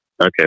Okay